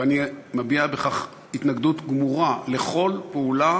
ואני מביע בכך התנגדות גמורה לכל פעולה